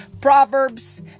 proverbs